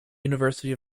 university